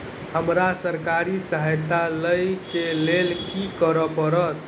हमरा सरकारी सहायता लई केँ लेल की करऽ पड़त?